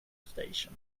station